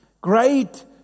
great